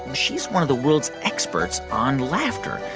she's one of the world's experts on laughter.